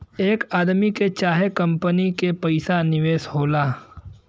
एक आदमी के चाहे कंपनी के पइसा निवेश होला